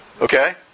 Okay